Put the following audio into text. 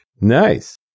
Nice